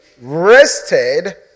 rested